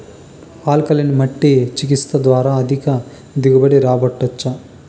alkaline మట్టి చికిత్స ద్వారా అధిక దిగుబడి రాబట్టొచ్చా